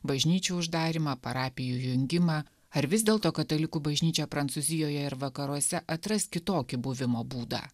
bažnyčių uždarymą parapijų jungimą ar vis dėlto katalikų bažnyčia prancūzijoje ir vakaruose atras kitokį buvimo būdą